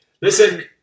Listen